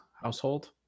household